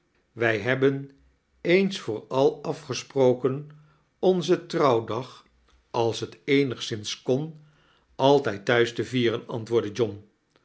wij hebben eens voor al afgesproken onzen trouwdag als t eenigszins kon altijd thuis te vieren antwoordde john